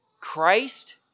Christ